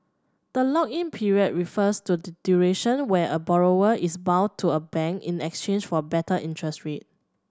the lock in period refers to the duration where a borrower is bound to a bank in exchange for better interest rate